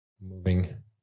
moving